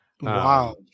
wow